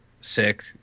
sick